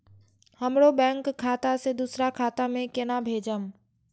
हमरो बैंक खाता से दुसरा खाता में केना भेजम?